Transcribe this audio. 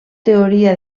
teoria